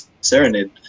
serenade